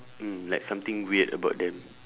mm like something weird about them